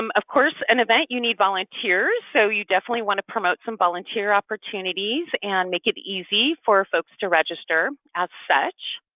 um of course, an event you need volunteers so you definitely wanna promote some volunteer opportunities and make it easy for folks to register as such,